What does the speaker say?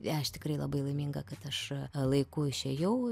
aš tikrai labai laiminga kad aš laiku išėjau